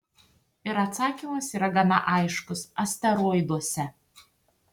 ir atsakymas yra gana aiškus asteroiduose